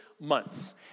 months